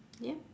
ya